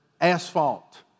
asphalt